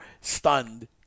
stunned